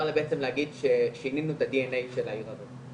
אפשר בעצם להגיד ששינינו את ה-DNA של העיר הזאת.